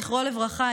זכרו לברכה,